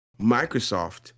Microsoft